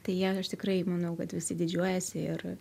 tai aš tikrai manau kad visi didžiuojasi ir